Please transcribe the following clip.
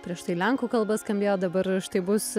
prieš tai lenkų kalba skambėjo dabar štai bus